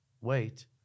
Wait